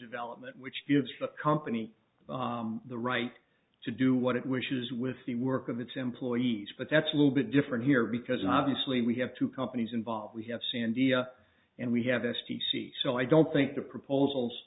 development which gives the company the right to do what it wishes with the work of its employees but that's a little bit different here because obviously we have two companies involved we have sandia and we have s t c so i don't think the proposals